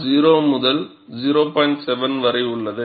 7 வரை உள்ளது